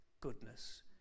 goodness